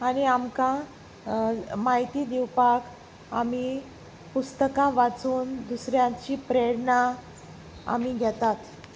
आनी आमकां म्हायती दिवपाक आमी पुस्तकां वाचून दुसऱ्यांची प्रेरणा आमी घेतात